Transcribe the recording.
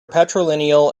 patrilineal